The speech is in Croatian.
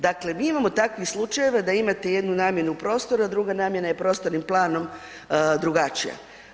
Dakle mi imamo takvih slučajeva da imate jednu namjenu prostora, druga namjena je prostornim planom drugačija.